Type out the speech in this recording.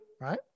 right